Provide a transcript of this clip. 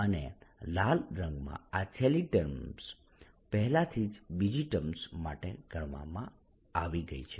અને લાલ રંગમાં આ છેલ્લી ટર્મ પહેલાથી જ બીજી ટર્મ માટે ગણવામાં આવી ગઈ છે